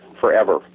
forever